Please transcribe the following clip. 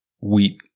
wheat